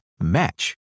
match